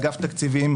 אגף תקציבים,